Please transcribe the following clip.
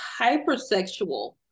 hypersexual